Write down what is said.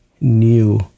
new